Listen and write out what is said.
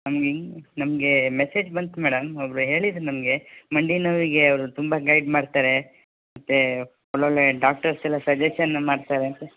ನಮ್ಗೆ ಹಿಂಗ್ ನಮಗೆ ಮೆಸೇಜ್ ಬಂತು ಮೇಡಮ್ ಒಬ್ಬರು ಹೇಳಿದ್ರು ನಮಗೆ ಮಂಡಿ ನೋವಿಗೆ ಅವರು ತುಂಬ ಗೈಡ್ ಮಾಡ್ತಾರೆ ಮತ್ತು ಒಳ್ಳೊಳ್ಳೆಯ ಡಾಕ್ಟರ್ಸ್ ಎಲ್ಲ ಸಜೆಶನ್ ಮಾಡ್ತಾರೆ ಅಂತ